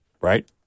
right